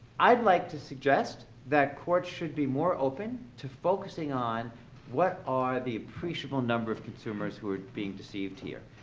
i'd like to suggest that courts should be more open to focusing on what are the appreciable number of consumers who are being deceived here.